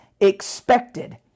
expected